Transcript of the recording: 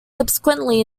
subsequently